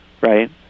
right